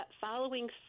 following